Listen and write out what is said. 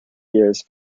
years